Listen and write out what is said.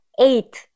eight